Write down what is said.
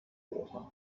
water